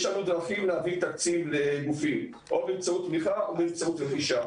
יש לנו דרכים להביא תקציב לגופים- או באמצעות תמיכה או באמצעות רכישה.